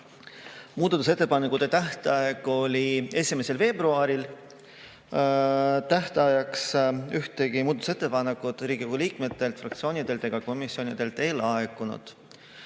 Muudatusettepanekute tähtaeg oli 1. veebruaril. Tähtajaks ühtegi muudatusettepanekut Riigikogu liikmetelt, fraktsioonidelt ega komisjonidelt ei laekunud.